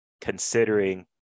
considering